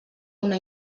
una